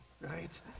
right